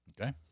Okay